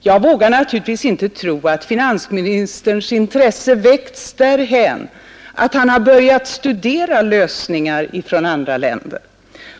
Jag vågar naturligtvis inte tro att finansministerns intresse väckts därhän att han har börjat studera lösningar från andra länder.